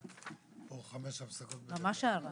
(הישיבה נפסקה בשעה 09:45